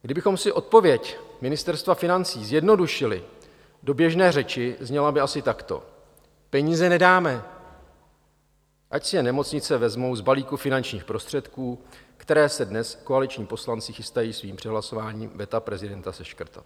Kdybychom si odpověď Ministerstva financí zjednodušili do běžné řeči, zněla by asi takto: Peníze nedáme, ať si je nemocnice vezmou z balíku finančních prostředků, které se dnes koaliční poslanci chystají svým přehlasováním veta prezidenta seškrtat.